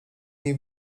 nie